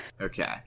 Okay